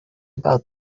about